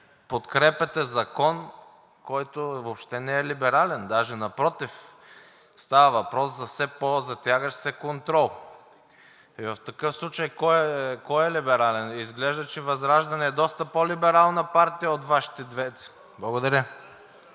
Подкрепяте закон, който въобще не е либерален, даже напротив, става въпрос за все по-затягащ се контрол. В такъв случай кой е либерален? Изглежда, че ВЪЗРАЖДАНЕ е доста по-либерална партия от Вашите две. Благодаря.